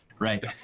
right